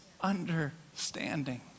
understanding